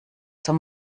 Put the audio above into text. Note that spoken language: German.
zur